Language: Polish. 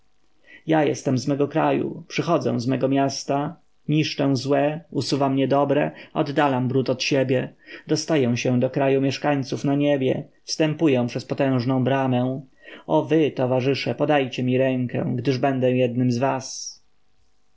ja jestem z mego kraju przychodzę z mojego miasta niszczę złe usuwam niedobre oddalam brud od siebie dostaję się do kraju mieszkańców na niebie wstępuję przez potężną bramę o wy towarzysze podajcie mi rękę gdyż będę jednym z was